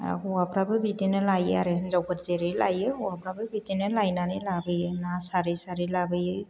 हौवाफ्राबो बिदिनो लायो आरो हिनजावफोर जेरै लायो हौवाफ्राबो बिदिनो लायनानै लाबोयो ना सारै सारै लाबोयो